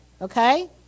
okay